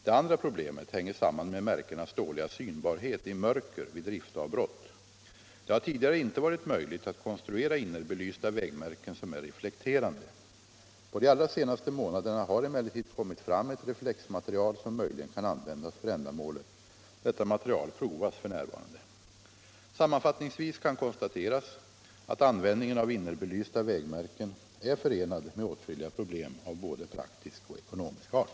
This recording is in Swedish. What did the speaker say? Det andra problemet hänger samman med märkenas dåliga synbarhet i mörker vid driftavbrott. Det har tidigare inte varit möjligt att konstruera innerbelysta vägmärken som är reflekterande. Under de allra senaste månaderna har emellertid kommit fram ett reflexmaterial som möjligen kan användas för det ändamålet. Detta material provas f.n. Sammanfattningsvis kan konstateras att användningen av innerbelysta vägmärken är förenad med åtskilliga problem av både praktisk och ekonomisk art.